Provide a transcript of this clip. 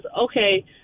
okay